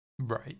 Right